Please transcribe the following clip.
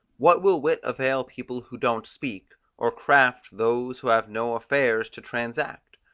what will wit avail people who don't speak, or craft those who have no affairs to transact?